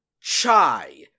Chai